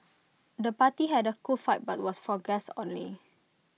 the party had A cool vibe but was for guests only